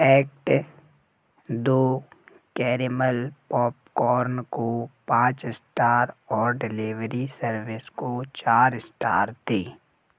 act दो caramel popcorn को पाँच स्टार और डिलीवरी सर्विस को स्टार दें